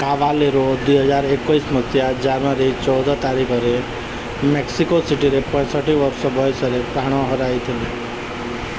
Caballero ଦୁଇହଜାର ଏକୋଉଶୀ ମସିହା ଜାନୁଆରୀ ଚଉଦ ତାରିଖରେ ମେକ୍ସିକୋ ସିଟିରେ ପଞ୍ଚଷଠି ବର୍ଷ ବୟସରେ ପ୍ରାଣ ହରାଇଥିଲେ